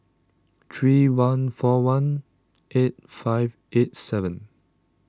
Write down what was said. three one four one eight five eight seven